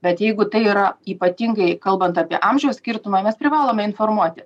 bet jeigu tai yra ypatingai kalbant apie amžiaus skirtumą mes privalome informuoti